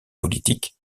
politiques